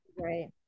right